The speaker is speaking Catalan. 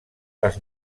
les